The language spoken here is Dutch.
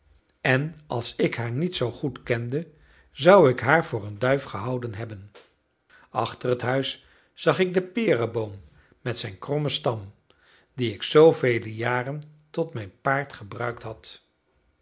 en als ik haar niet zoo goed kende zou ik haar voor een duif gehouden hebben achter het huis zag ik den pereboom met zijn krommen stam dien ik zoovele jaren tot mijn paard gebruikt had